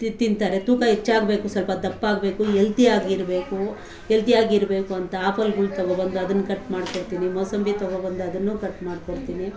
ತಿಂತಾರೆ ತೂಕ ಹೆಚ್ಚಾಗ್ಬೇಕು ಸ್ವಲ್ಪ ದಪ್ಪ ಆಗಬೇಕು ಎಲ್ತಿಯಾಗಿರಬೇಕು ಎಲ್ತಿಯಾಗಿರಬೇಕು ಅಂತ ಆ್ಯಪಲ್ಗಳು ತಗೊಂಡ್ಬಂದು ಅದನ್ನ ಕಟ್ ಮಾಡ್ಕೊಡ್ತೀನಿ ಮೂಸಂಬಿ ತಗೊಂಡ್ಬಂದು ಅದನ್ನೂ ಕಟ್ ಮಾಡ್ಕೊಡ್ತೀನಿ